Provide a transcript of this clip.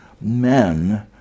men